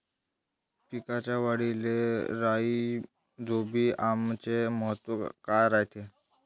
पिकाच्या वाढीले राईझोबीआमचे महत्व काय रायते?